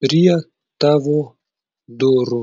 prie tavo durų